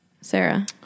Sarah